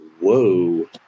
Whoa